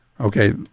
Okay